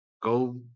go